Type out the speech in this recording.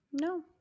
No